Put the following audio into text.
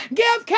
give